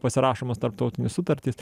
pasirašomos tarptautinės sutartys